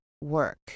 work